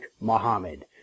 Muhammad